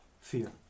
Fear